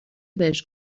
بهش